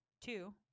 Two